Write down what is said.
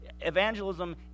Evangelism